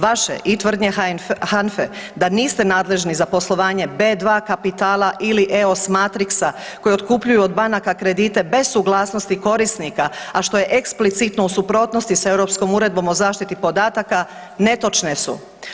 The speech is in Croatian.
Vaše i tvrdnje HANFE da niste nadležni za poslovanje B2 Kapitala ili Eos Matrixa koji otkupljuju od banaka kredite bez suglasnosti korisnika, a što je eksplicitno u suprotnosti s Europskom uredbom o zaštiti podataka, netočne su.